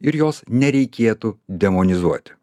ir jos nereikėtų demonizuoti